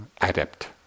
adept